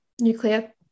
nuclear